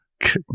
goodness